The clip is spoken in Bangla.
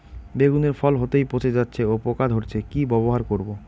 বেগুনের ফল হতেই পচে যাচ্ছে ও পোকা ধরছে কি ব্যবহার করব?